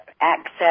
access